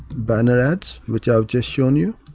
banner ads, which i've just shown you.